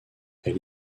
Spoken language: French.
elle